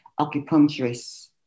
acupuncturist